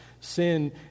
sin